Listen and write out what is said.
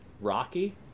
rocky